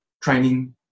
training